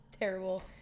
terrible